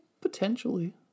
potentially